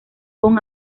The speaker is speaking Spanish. con